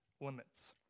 limits